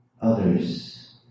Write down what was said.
others